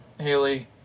Haley